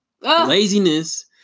laziness